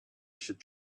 should